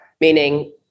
Meaning